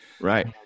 Right